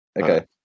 Okay